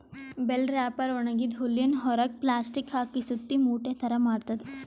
bell wrapper ಒಣಗಿದ್ದ್ ಹುಲ್ಲಿನ್ ಹೊರೆಗ್ ಪ್ಲಾಸ್ಟಿಕ್ ಹಾಕಿ ಸುತ್ತಿ ಮೂಟೆ ಥರಾ ಮಾಡ್ತದ್